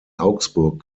augsburg